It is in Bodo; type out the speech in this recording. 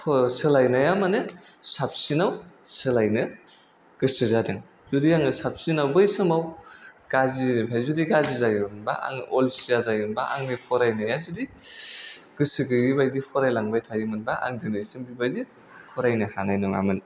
सोलायनाया माने साबसिनाव सोलायनो गोसो जादों जुदि आङो साबसिनाव बै समाव गाज्रिनिफ्राय जुदि गाज्रि जायो मोनबा आं अलसिया जायो मोनबा आंनि फरायनाया जुदि गोसो गैयै बादि फराय लांबाय थायोमोनबा आं दिनै सिम बिबाबायदि फरायनो हानाय नङामोन